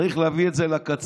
צריך להביא את זה לקצה.